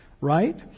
right